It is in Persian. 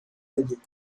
دادی